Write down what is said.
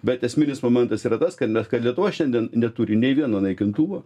bet esminis momentas yra tas kad mes kad lietuva šiandien neturi nei vieno naikintuvo